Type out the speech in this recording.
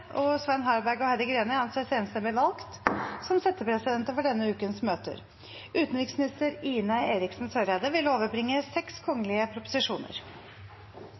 og Svein Harberg og Heidi Greni anses enstemmig valgt som settepresidenter for denne ukens møter. Før sakene på dagens kart tas opp til behandling, vil